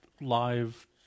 live